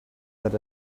that